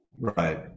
right